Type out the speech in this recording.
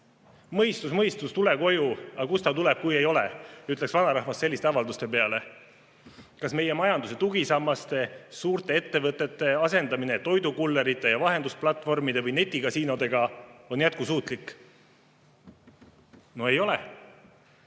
"Mõistus, mõistus, tule koju! Aga kust ta tuleb, kui ei ole?" Nii ütles vanarahvas selliste avalduste peale. Kas meie majanduse tugisammaste, suurte ettevõtete asendamine toidukullerite ja vahendusplatvormide või netikasiinodega on jätkusuutlik? No ei ole.